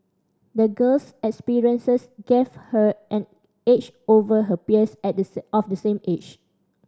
the girl's experiences gave her an edge over her peers at the of the same age